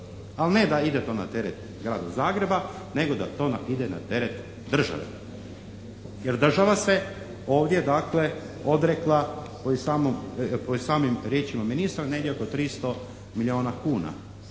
ali ne da ide to na teret Grada Zagreba nego da to ide na teret države jer država se ovdje dakle odrekla po samim riječima ministrima negdje oko 300 milijona kuna.